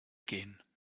gehen